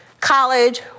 College